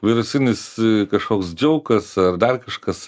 virusinis kažkoks džiaukas ar dar kažkas